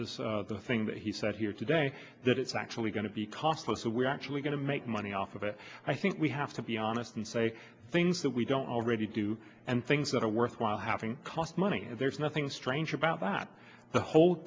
is the thing that he said here today that it's actually going to be costco so we're actually going to make money off of it i think we have to be honest and say things that we don't already do and things that are worthwhile having cost money and there's nothing strange about that the whole